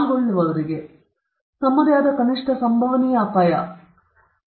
ಪಾಲ್ಗೊಳ್ಳುವವರಿಗೆ ಮತ್ತು ತಮ್ಮದೇ ಆದ ಕನಿಷ್ಟ ಸಂಭವನೀಯ ಅಪಾಯ ಇದು ನನಗೆ ಪುನರಾವರ್ತಿತವಾಗಿದೆ